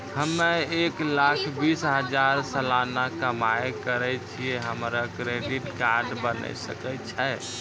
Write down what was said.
हम्मय एक लाख बीस हजार सलाना कमाई करे छियै, हमरो क्रेडिट कार्ड बने सकय छै?